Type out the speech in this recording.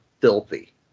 filthy